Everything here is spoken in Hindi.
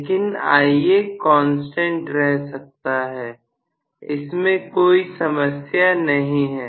लेकिन Ia कांस्टेंट रह सकता है इसमें कोई समस्या नहीं है